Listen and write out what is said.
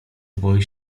boi